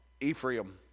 Ephraim